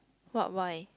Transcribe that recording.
what wine